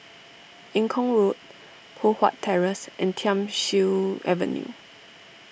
Eng Kong Road Poh Huat Terrace and Thiam Siew Avenue